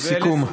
לסיכום.